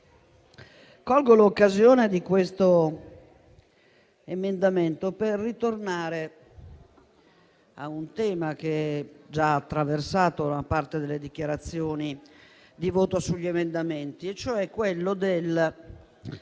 colgo l'occasione di questo emendamento per tornare a un tema che già ha attraversato una parte delle dichiarazioni di voto sugli emendamenti, cioè quello che